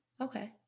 Okay